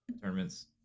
tournaments